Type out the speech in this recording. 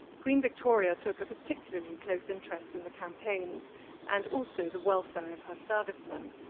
queen victoria took a particularly close interest in the campaigns and also the welfare of her servicemen,